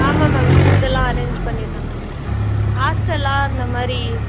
ஆமாம் மேம் ஃபுட்டெல்லாம் அரேஞ்ச் பண்ணித்தாங்க மேம் ஹாஸ்ட்டல் அந்த மாதிரி